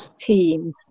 team